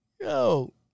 Yo